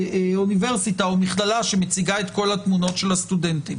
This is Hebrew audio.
אוניברסיטה או מכללה שמציגות את כל התמונות של הסטודנטים